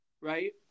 right